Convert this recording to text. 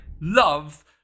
love